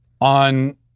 on